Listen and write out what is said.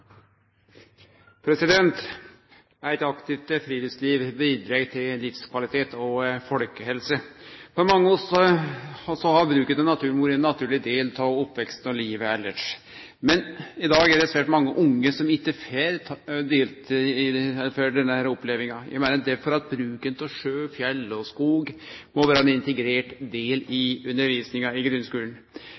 til. Eit aktivt friluftsliv bidreg til livskvalitet og folkehelse. For mange av oss har bruken av naturen vore ein naturleg del av oppveksten og livet elles. Men i dag er det svært mange unge som ikkje får denne opplevinga. Eg meiner derfor at bruken av sjø, fjell og skog må vere ein integrert del av undervisninga i grunnskulen.